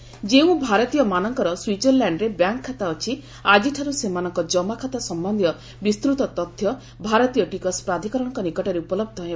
India Swiss bank ଯେଉଁ ଭାରତୀୟମାନଙ୍କର ସୁଇଜରଲାଣ୍ଡରେ ବ୍ୟାଙ୍କ ଖାତା ଅଛି ଆଜିଠାରୁ ସେମାନଙ୍କ ଜମାଖାତା ସମ୍ଭନ୍ଧୀୟ ବିସ୍ତୃତ ତଥ୍ୟ ଭାରତୀୟ ଟିକସ ପ୍ରାଧିକରଣଙ୍କ ନିକଟରେ ଉପଲବ୍ଧ ହେବ